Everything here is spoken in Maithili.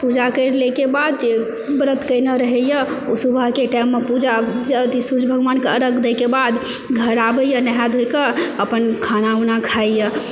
पूजा करएके बाद जे व्रत केने रहैए ओ सुबहके टाइममे पूजा सूर्य भगवानके अरघ दएके बाद घरआबैए नहा धोए कऽ अपन खाना वाना खाइए